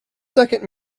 second